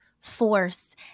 force